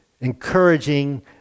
encouraging